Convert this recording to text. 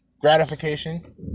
gratification